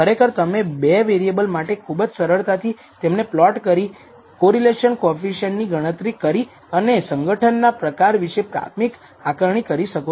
ખરેખર તમે બે વેરિએબલ માટે ખૂબ જ સરળતાથી તેમને પ્લોટ કરી કોરિલેશન કોએફિસિએંટ ની ગણતરી કરી અને સંગઠનના પ્રકાર વિશે પ્રાથમિક આકારણી કરી શકો છો